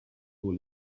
four